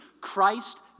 Christ